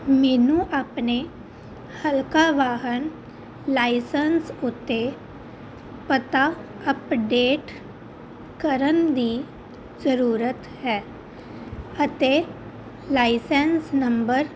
ਮੈਨੂੰ ਆਪਣੇ ਹਲਕਾ ਵਾਹਨ ਲਾਇਸੈਂਸ ਉੱਤੇ ਪਤਾ ਅਪਡੇਟ ਕਰਨ ਦੀ ਜ਼ਰੂਰਤ ਹੈ ਅਤੇ ਲਾਇਸੈਂਸ ਨੰਬਰ